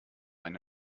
eine